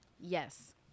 yes